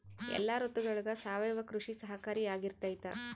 ಎಲ್ಲ ಋತುಗಳಗ ಸಾವಯವ ಕೃಷಿ ಸಹಕಾರಿಯಾಗಿರ್ತೈತಾ?